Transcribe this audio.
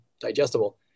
digestible